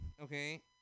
okay